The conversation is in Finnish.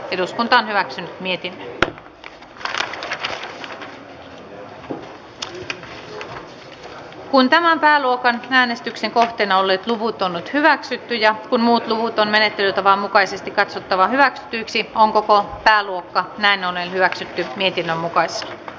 eduskunta edellyttää että hallitus varaa riittävät resurssit reservin kertausharjoitusten tason ja muuttumaton menettelytavan mukaisesti katsottava hyväksytyksi on koko pääluokka näin on hyväksytty niinkin mukais